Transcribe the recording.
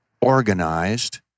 organized